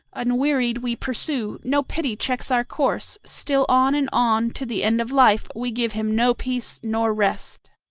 unwearied we pursue no pity checks our course still on and on, to the end of life, we give him no peace nor rest.